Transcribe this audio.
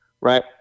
right